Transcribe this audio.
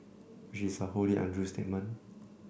which is a wholly untrue statement